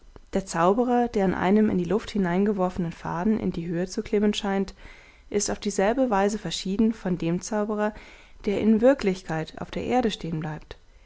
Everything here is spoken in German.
der zauberer der an einem in die luft hingeworfenen faden in die höhe zu klimmen scheint ist auf dieselbe weise verschieden von dem zauberer der in wirklichkeit auf der erde stehen bleibt